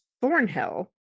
Thornhill